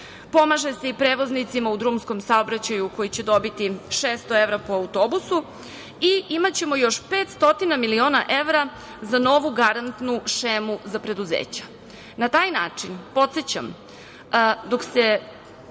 Pomaže se i prevoznicima u drumskom saobraćaju koji će dobiti 600 evra po autobusu i imaćemo još 500 miliona evra za novu garantnu šemu za preduzeća. Na taj način, podsećam, dok smo